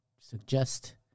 suggest